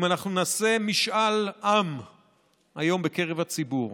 אם אנחנו נעשה משאל עם היום בקרב הציבור